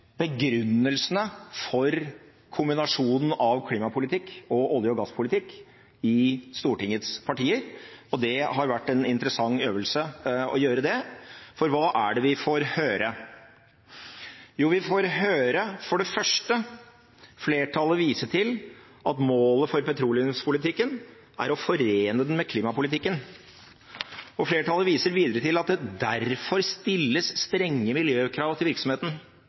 begrunnelsene for kombinasjonen av klimapolitikk og olje- og gasspolitikk i Stortingets partier, og det har vært en interessant øvelse å gjøre det. For hva er det vi får høre? Jo, vi får for det første høre flertallet vise til at målet for petroleumspolitikken er å forene den med klimapolitikken, og flertallet viser videre til at det derfor stilles strenge miljøkrav til virksomheten.